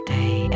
day